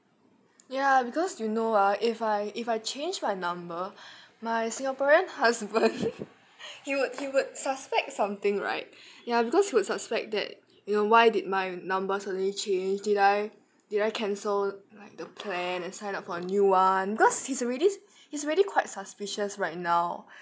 ya because you know ah if I if I change my number my singaporean husband he would he would suspect something right ya because he would suspect that you know why did my number suddenly change did I did I cancel like the plan and sign up for a new one because he's already he's already quite suspicious right now